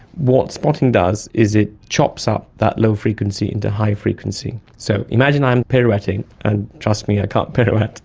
what spotting does is it chops up that low frequency into high-frequency. so imagine i am pirouetting, and trust me, i can't pirouette,